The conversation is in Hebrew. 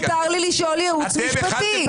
מותר לי לשאול ייעוץ משפטי.